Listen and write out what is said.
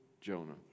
Jonah